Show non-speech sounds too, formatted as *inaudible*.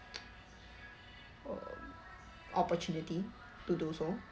*noise* um opportunity to do so